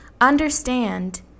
Understand